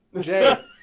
Jay